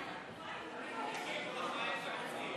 יגידו לך: אין תקציב.